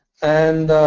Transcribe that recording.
and